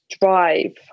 drive